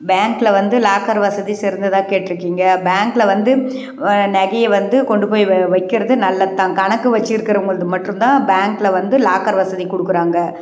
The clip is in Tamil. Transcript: பேங்கில் வந்து லாக்கர் வசதிஸ் இருந்துதான்னு கேட்டீருக்கீங்க பேங்கில் வந்து நகையை வந்து கொண்டுப் போய் வை வைக்கிறது நல்லது தான் கணக்கு வச்சுருக்குறவங்கள்து மட்டும் தான் பேங்கில் வந்து லாக்கர் வசதி கொடுக்குறாங்க